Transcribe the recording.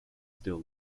still